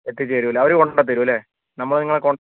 എത്തിച്ച് തരില്ലേ അവർ കൊണ്ടുത്തരില്ലേ നമ്മൾ നിങ്ങളെ കോ